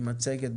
עם המצגת,